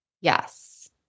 Yes